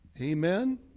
Amen